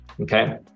okay